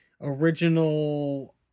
original